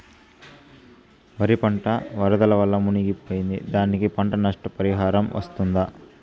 వరి పంట వరదల వల్ల మునిగి పోయింది, దానికి పంట నష్ట పరిహారం వస్తుందా?